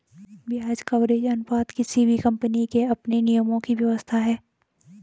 ब्याज कवरेज अनुपात किसी भी कम्पनी के अपने नियमों की व्याख्या है